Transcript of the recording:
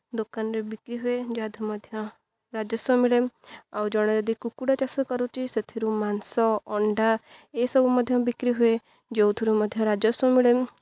ଦୋକାନରେ ବିକ୍ରି ହୁଏ ଯାହା ଦେହରୁ ମଧ୍ୟ ରାଜସ୍ୱ ମିଳେ ଆଉ ଜଣେ ଯଦି କୁକୁଡ଼ା ଚାଷ କରୁଛି ସେଥିରୁ ମାଂସ ଅଣ୍ଡା ଏସବୁ ମଧ୍ୟ ବିକ୍ରି ହୁଏ ଯେଉଁଥିରୁ ମଧ୍ୟ ରାଜସ୍ୱ ମିଳେ